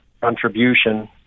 contribution